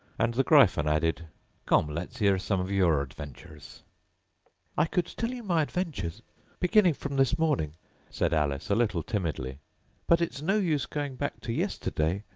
and the gryphon added come, let's hear some of your adventures i could tell you my adventures beginning from this morning said alice a little timidly but it's no use going back to yesterday,